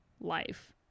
life